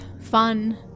fun